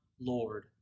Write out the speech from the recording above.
Lord